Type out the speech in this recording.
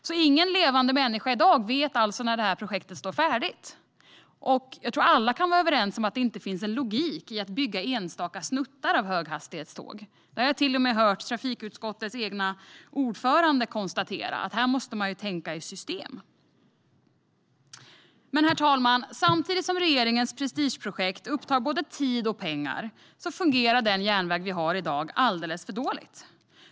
Ingen i dag levande människa vet alltså när projektet kommer att stå färdigt, och jag tror att alla kan vara överens om att det inte finns någon logik i att bygga enstaka snuttar av höghastighetsjärnväg. Jag har till och med hört trafikutskottets egen ordförande konstatera att här måste man tänka i system. Herr talman! Samtidigt som regeringens prestigeprojekt upptar både tid och pengar fungerar den järnväg vi har i dag alldeles för dåligt.